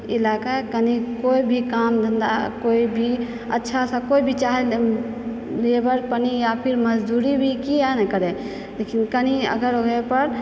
इलाकाक कनि कोइ भी काम धन्धा कोइ भी अच्छासँ कोइ भी चाहे लेबरपनी या फिर मजदूरी भी किआ नहि करय देखिऔ कनि अगर ओहि पर